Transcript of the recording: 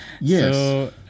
Yes